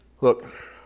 Look